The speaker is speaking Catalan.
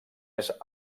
més